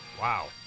Wow